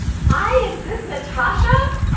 hi, it this natascha?